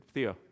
Theo